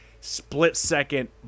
split-second